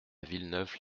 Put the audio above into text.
villeneuve